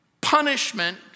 punishment